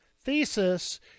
thesis